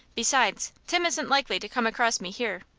besides, tim isn't likely to come across me here.